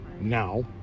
now